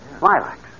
Lilacs